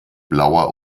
blauer